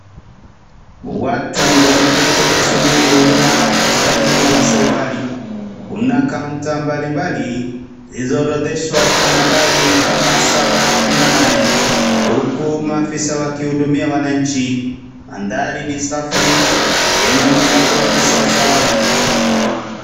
Watu wameketi wakisubiri huduma katika jengo la serikali, kuna kaunta mbalimbali zilizoorodheshwa kwa nambari kama saba na nane huku maafisa wakihudumia wananchi maandhari ni safi na yenye mwangaza wa kisasa.